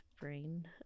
Brain